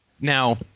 Now